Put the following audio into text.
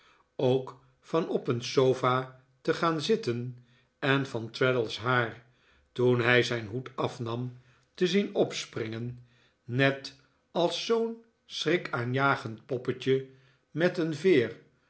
ook van op een sofa te gaan zitten en van traddles haar toen hij zijn hoed afnam te zien opspringen net als zoo'n schrikaanjagend poppetje met een veer